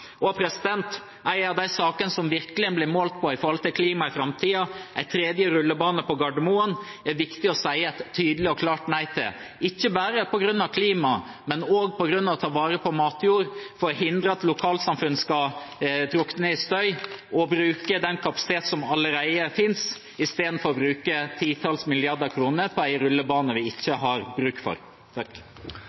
av de sakene en virkelig blir målt på når det gjelder klima i framtiden, en tredje rullebane på Gardermoen, er det viktig å si et tydelig og klart nei til – ikke bare på grunn av klima, men også for å ta vare på matjord, for å hindre at lokalsamfunn drukner i støy, og for å bruke den kapasiteten som allerede finnes, i stedet for bruke et titalls milliarder kroner på en rullebane vi ikke har bruk for.